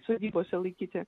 sodybose laikyti